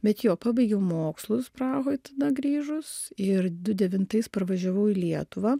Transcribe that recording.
bet jo pabaigiau mokslus prahoj tada grįžus ir du devintais parvažiavau į lietuvą